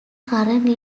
currently